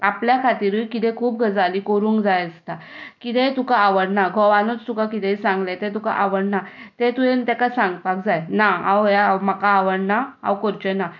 आपल्या खातीर कितें खूब गजाली करूंक जाय आसता कितेंय तुका आवडना घोवानूच तुका कितें सांगलें तें तुका आवडना तें तुवें ताका सांगपाक जाय ना हें म्हाका आवडना हांव करचें ना